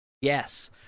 Yes